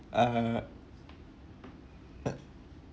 uh